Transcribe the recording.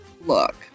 look